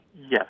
Yes